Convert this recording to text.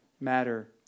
matter